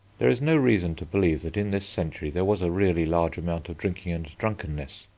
there is no reason to believe that in this century there was a really large amount of drinking and drunkenness,